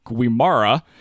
Guimara